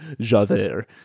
Javert